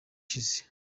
ishize